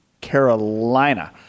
Carolina